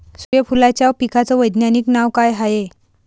सुर्यफूलाच्या पिकाचं वैज्ञानिक नाव काय हाये?